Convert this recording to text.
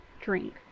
drink